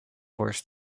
worse